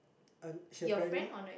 uh he apparently